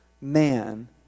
man